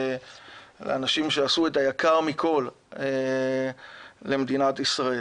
לאנשים שעשו את היקר מכל למדינת ישראל.